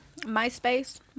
MySpace